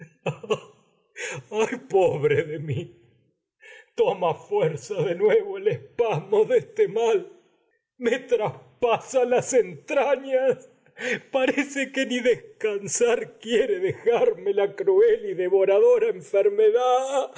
pobre de mi toma fuerza de nuevo el es de este mal me traspasa las entrañas y parece ni descansar quiere dejarme la cruel y devoradora oh rey enfermedad